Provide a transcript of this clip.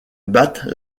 battent